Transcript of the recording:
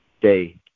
day